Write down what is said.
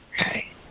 Okay